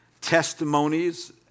testimonies